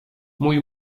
mój